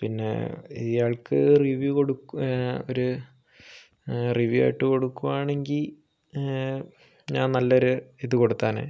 പിന്നെ ഇയ്യാൾക്ക് റിവ്യൂ കൊടുക്കു ഒരു റിവ്യൂ ആയിട്ടു കൊടുക്കുവാണെങ്കി ഞാൻ നല്ലൊരു ഇതു കൊടുത്തേനെ